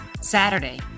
Saturday